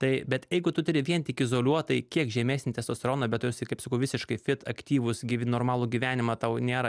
tai bet jeigu tu turi vien tik izoliuotai kiek žemesnį testosteroną bet tu esi kaip sakau visiškai fit aktyvus gyveni normalų gyvenimą tau nėra